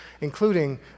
including